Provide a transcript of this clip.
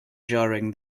during